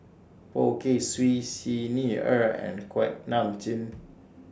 Poh Kay Swee Xi Ni Er and Kuak Nam Jin